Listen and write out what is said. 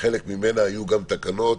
חלק מזה היו תקנות